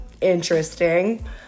interesting